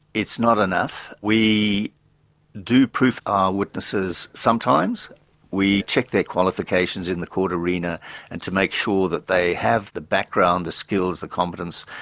it's not enough. we do proof our witnesses sometimes we check their qualifications in the court arena and to make sure that they have the background, the skills, the competence,